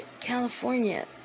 California